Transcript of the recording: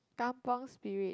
kampung spirit